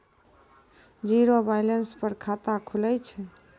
Zero balance पर खाता खुले छै?